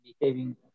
behaving